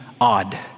odd